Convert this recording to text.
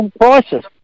prices